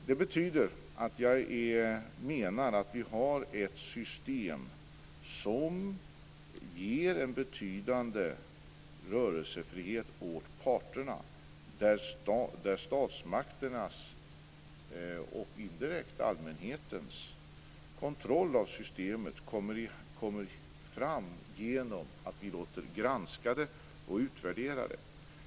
Det betyder att jag menar att vi har ett system som ger en betydande rörelsefrihet åt parterna. Statsmakternas - och indirekt allmänhetens - kontroll av systemet kommer fram genom att vi låter granska och utvärdera det.